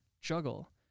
juggle